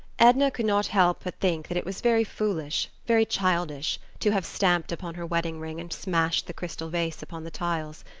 edna could not help but think that it was very foolish, very childish, to have stamped upon her wedding ring and smashed the crystal vase upon the tiles.